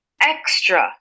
extra